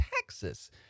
Texas